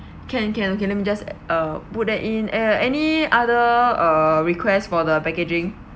can can let me just uh put that in uh any other uh request for the packaging